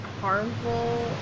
harmful